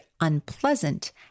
unpleasant